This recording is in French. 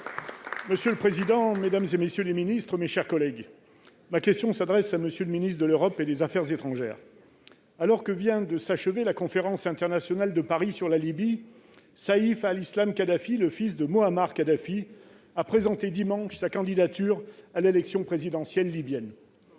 pour le groupe Union Centriste. Ma question s'adresse à M. le ministre de l'Europe et des affaires étrangères. Alors que vient de s'achever la conférence internationale de Paris sur la Libye, Saïf al-Islam Kadhafi, le fils de Mouammar Kadhafi, a présenté dimanche sa candidature à l'élection présidentielle libyenne.